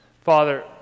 Father